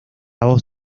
hoz